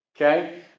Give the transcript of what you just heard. Okay